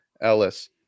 Ellis